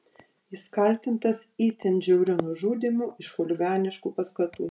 jis kaltintas itin žiauriu nužudymu iš chuliganiškų paskatų